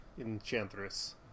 Enchantress